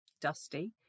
dusty